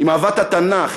עם אהבת התנ"ך,